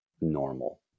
normal